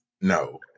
no